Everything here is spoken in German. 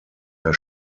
der